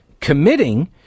committing